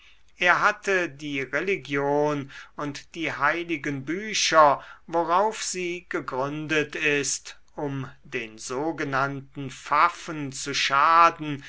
er hatte die religion und die heiligen bücher worauf sie gegründet ist um den sogenannten pfaffen zu schaden